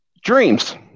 Dreams